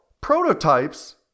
Prototypes